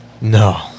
No